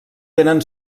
tenen